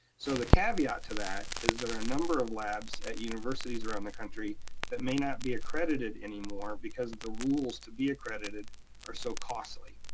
so the caveat to that is there are a number of labs at universities around the country that may not be accredited anymore because the rules to be accredited are so costly.